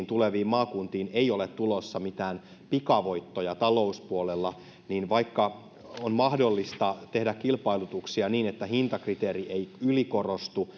tuleviin maakuntiin ei ole tulossa mitään pikavoittoja talouspuolella niin vaikka on mahdollista tehdä kilpailutuksia niin että hintakriteeri ei ylikorostu